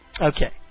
Okay